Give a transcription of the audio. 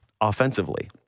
offensively